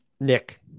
Nick